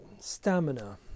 stamina